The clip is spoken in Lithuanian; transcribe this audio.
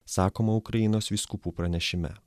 sakoma ukrainos vyskupų pranešime